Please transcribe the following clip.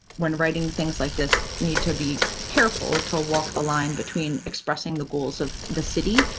when writing things like this need to be careful to walk the line between expressing the goals of the city,